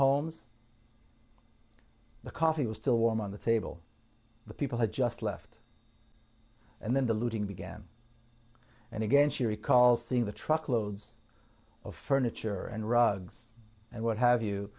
homes the coffee was still warm on the table the people had just left and then the looting began and again she recalls seeing the truckloads of furniture and rugs and what have you